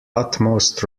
utmost